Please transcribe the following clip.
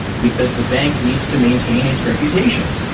because the bank needs to maintain its reputation.